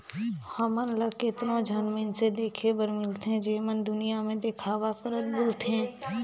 हमन ल केतनो झन मइनसे देखे बर मिलथें जेमन दुनियां में देखावा करत बुलथें